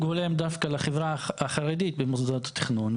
הולם דווקא לחברה החרדית במוסדות התכנון,